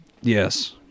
Yes